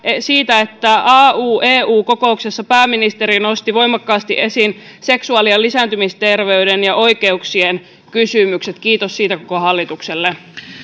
siitä että au eu kokouksessa pääministeri nosti voimakkaasti esiin seksuaali ja lisääntymisterveyden ja oikeuksien kysymykset kiitos siitä koko hallitukselle